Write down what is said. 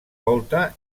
volta